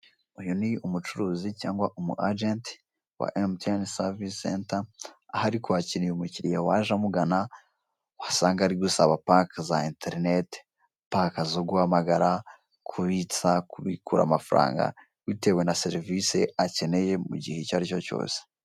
Uyu ni umucuruzi cyangwa umu agenti wa emutiyeni serivisi senta aho ari kwakirira umukiriya waje amugana wasanga ari gusaba paka za interineti, paka zo guhamagara, kubitsa, kubikura amafaranga bitewe na serivisi akeneye mu gihe icyo aricyo cyose.